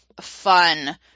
fun